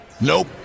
Nope